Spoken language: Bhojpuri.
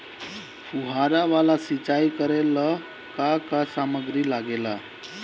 फ़ुहारा वाला सिचाई करे लर का का समाग्री लागे ला?